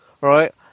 right